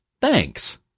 Thanks